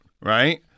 right